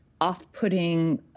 off-putting